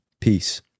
Peace